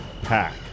Pack